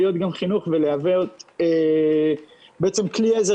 להיות גם חינוך ולהוות בעצם כלי עזר